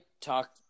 talk